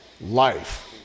life